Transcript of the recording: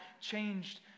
changed